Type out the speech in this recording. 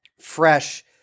Fresh